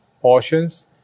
portions